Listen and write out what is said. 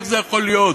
איך זה יכול להיות?